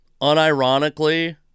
unironically